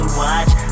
watch